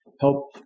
help